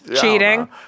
cheating